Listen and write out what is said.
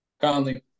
Conley